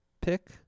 pick